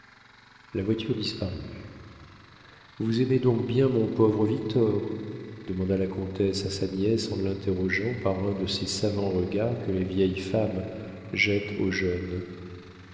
la voiture disparut vous aimez donc bien mon pauvre victor demanda la comtesse à sa nièce en l'interrogeant par un de ces savants regards que les vieilles femmes jettent aux jeunes